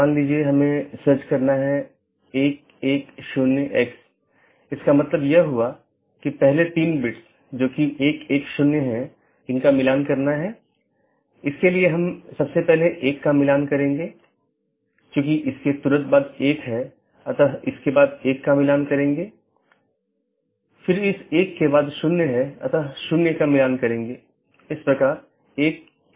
यदि हम पूरे इंटरनेट या नेटवर्क के नेटवर्क को देखते हैं तो किसी भी सूचना को आगे बढ़ाने के लिए या किसी एक सिस्टम या एक नेटवर्क से दूसरे नेटवर्क पर भेजने के लिए इसे कई नेटवर्क और ऑटॉनमस सिस्टमों से गुजरना होगा